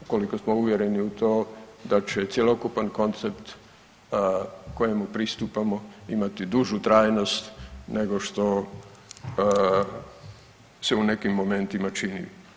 Ukoliko smo uvjereni u to da će cjelokupan koncept kojemu pristupamo imati dužu trajnost nego što se u nekim momentima čini.